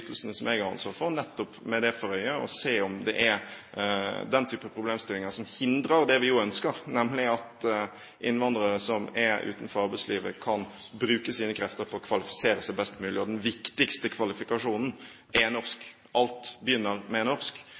som jeg har ansvar for, nettopp med det for øye å se om det er den type problemstillinger som hindrer det vi jo ønsker, nemlig at innvandrere som er utenfor arbeidslivet, kan bruke sine krefter på å kvalifisere seg best mulig, og den viktigste kvalifikasjonen er norsk. Alt begynner med norsk.